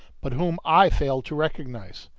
but whom i failed to recognize.